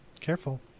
Careful